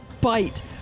bite